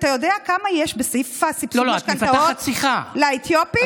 אתה יודע כמה יש בסעיף סבסוד משכנתאות לאתיופים?